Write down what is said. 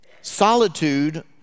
Solitude